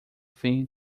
thing